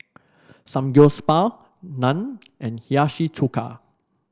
Samgyeopsal Naan and Hiyashi Chuka